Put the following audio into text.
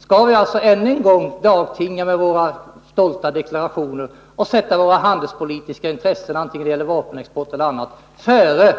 Skall vi alltså ännu en gång dagtinga med våra stolta deklarationer och sätta våra handelspolitiska intressen när det gäller vapenexport och annat före